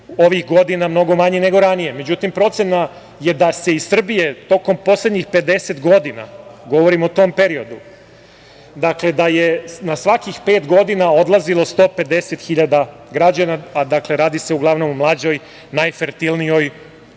ovih godina mnogo manje nego ranije. Međutim, procena je da se iz Srbije tokom poslednjih pedeset godina, govorim o tom periodu, dakle, da je na svakih pet godina odlazilo 150 hiljada građana, a radi se uglavnom o mlađoj